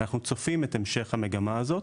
ואנחנו צופים את המשך המגמה הזאת.